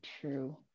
true